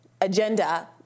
agenda